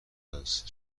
عصر